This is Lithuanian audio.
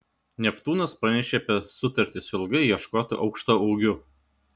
neptūnas pranešė apie sutartį su ilgai ieškotu aukštaūgiu